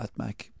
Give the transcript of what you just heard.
Atmac